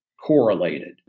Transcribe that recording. correlated